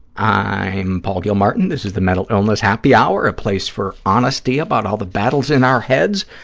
i'm paul gilmartin. this is the mental illness happy hour, a place for honesty about all the battles in our heads,